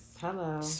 Hello